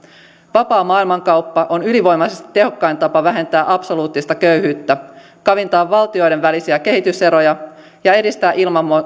vapaa maailmankauppa on ylivoimaisesti tehokkain tapa vähentää absoluuttista köyhyyttä kaventaa valtioiden välisiä kehityseroja ja edistää